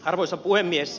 arvoisa puhemies